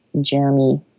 Jeremy